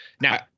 now